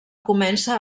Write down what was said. comença